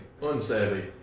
unsavvy